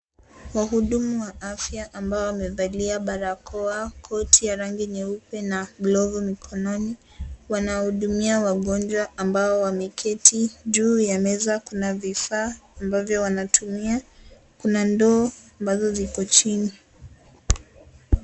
Wahudumu wa afya ambao wamevalia barakoa koti ya rangi nyeupe na glovu mikononi ,wanahudumia wagonjwa ambao wameketi juu ya meza kuna vifaa ambavyo wanatumia kuna ndoo ambazo ziko chini.